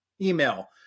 Email